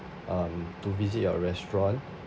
um to visit your restaurant